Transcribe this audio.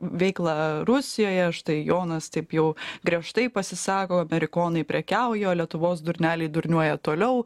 veiklą rusijoje štai jonas taip jau griežtai pasisako amerikonai prekiauja o lietuvos durneliai durniuoja toliau